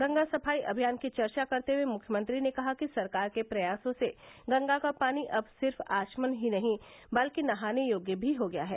गंगा सफाई अभियान की चर्चा करते हये मुख्यमंत्री ने कहा कि सरकार के प्रयासों से गंगा का पानी अब सिर्फ आचमन ही नही बल्कि नहाने योग्य भी हो गया है